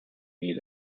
need